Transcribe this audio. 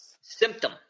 Symptom